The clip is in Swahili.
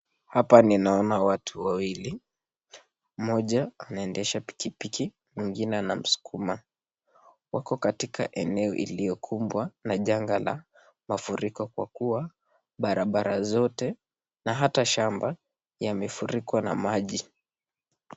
Hapa ninaona watu wawili , moja anaendesha pikipiki , mwingine anamskuma, wako katika eneo iliyokumbwa na janga la mafuriko kwa kuwa barabara zote na hata shamba yamefurikwa maji.